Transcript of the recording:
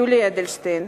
יולי אדלשטיין.